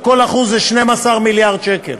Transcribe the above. וכל אחוז זה 12 מיליארד שקל.